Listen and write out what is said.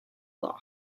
law